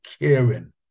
caring